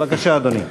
בבקשה, אדוני.